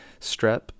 strep